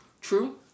True